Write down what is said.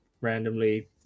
randomly